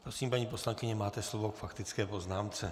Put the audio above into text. Prosím, paní poslankyně, máte slovo k faktické poznámce.